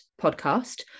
podcast